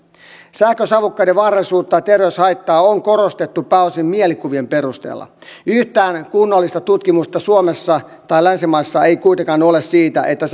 sähkösavukkeiden vaarallisuutta ja terveyshaittaa on korostettu pääosin mielikuvien perusteella yhtään kunnollista tutkimusta suomessa tai länsimaissa ei kuitenkaan ole siitä että